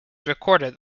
recorded